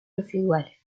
residuales